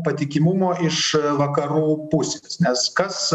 patikimumo iš vakarų pusės nes kas